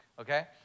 okay